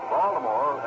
Baltimore